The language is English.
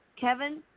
Kevin